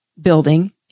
building